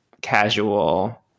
casual